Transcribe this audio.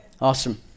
Awesome